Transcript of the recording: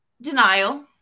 denial